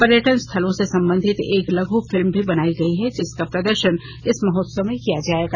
पर्यटन स्थलों से संबंधित एक लघु फिल्म भी बनाई गयी है जिसका प्रर्दशन इस महोत्सव में किया जायेगा